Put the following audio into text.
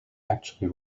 actually